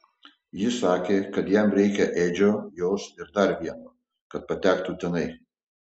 jis sakė kad jam reikia edžio jos ir dar vieno kad patektų tenai